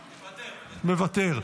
מוותר.